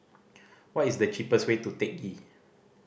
what is the cheapest way to Teck Ghee